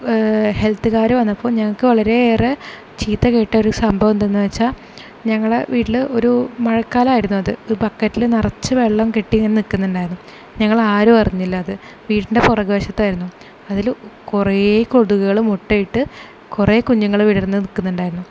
ഹെൽത്തുകാർ വന്നപ്പോൾ ഞങ്ങൾക്ക് വളരെയേറെ ചീത്ത കേട്ട ഒരു സംഭവം എന്തെന്ന് വച്ചാൽ ഞങ്ങൾ വീട്ടിൽ ഒരു മഴക്കാലമായിരുന്നു അത് ഒരു ബക്കറ്റിൽ നിറച്ചു വെള്ളം കെട്ടി ഇങ്ങനെ നിൽക്കുന്നുണ്ടായിരുന്നു ഞങ്ങളാരും അറിഞ്ഞില്ല അത് വീടിന്റെ പുറക് വശത്തായിരുന്നു അതിൽ കൊറേ കൊതുകുകള് മുട്ടയിട്ട് കുറേ കുഞ്ഞുങ്ങൾ വിടർന്ന് നിൽക്കുന്നുണ്ടായിരുന്നു